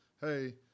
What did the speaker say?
hey